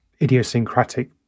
idiosyncratic